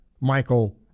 Michael